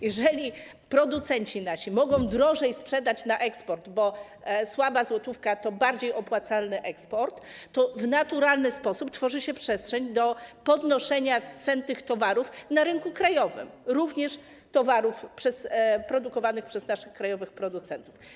Jeżeli nasi producenci mogą drożej sprzedać na eksport, bo słaba złotówka to bardziej opłacalny eksport, to w naturalny sposób tworzy się przestrzeń do podnoszenia cen tych towarów na rynku krajowym, również towarów produkowanych przez naszych krajowych producentów.